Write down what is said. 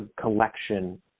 collection